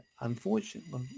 unfortunately